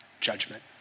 judgment